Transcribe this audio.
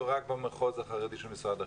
או רק במחוז החרדי של משרד החינוך?